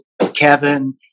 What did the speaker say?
Kevin